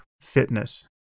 fitness